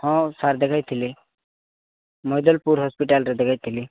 ହଁ ସାର୍ ଦେଖେଇଥିଲି ମୋଇଦଲପୁର ହସ୍ପିଟାଲ୍ରେ ଦେଖେଇଥିଲି